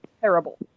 terrible